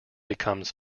becomes